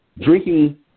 Drinking